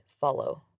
follow